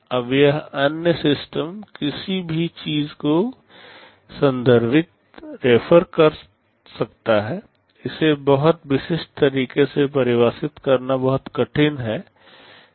अब यह अन्य सिस्टम किसी भी चीज़ को संदर्भित रेफर कर सकता है इसे बहुत विशिष्ट तरीके से परिभाषित करना बहुत कठिन है